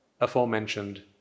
aforementioned